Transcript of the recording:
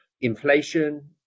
inflation